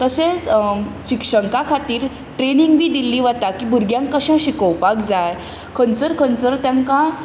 तशेंच शिक्षंकां खातीर ट्रेनींग बी दिल्ली वता की भुरग्यांक कशें शिकोवपाक जाय खंयसर खंयसर तांकां